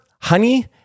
honey